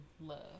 love